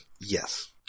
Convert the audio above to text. Yes